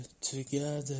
together